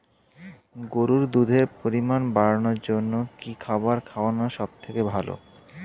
গরুর দুধের পরিমাণ বাড়ানোর জন্য কি খাবার খাওয়ানো সবথেকে ভালো?